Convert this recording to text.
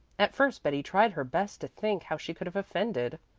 at first betty tried her best to think how she could have offended,